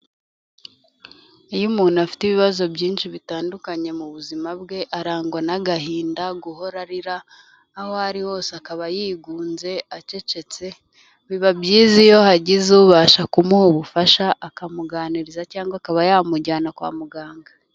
Iyo umuntu afite ibibazo byinshi bitandukanye mu buzima bwe, arangwa n'agahinda, guhora arira, aho ari hose akaba yigunze acecetse, biba byiza iyo hagize ubasha kumuha ubufasha akamuganiriza cyangwa akaba yamujyana kwa muganga.